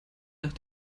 nach